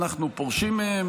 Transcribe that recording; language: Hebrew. אנחנו פורשים מהן,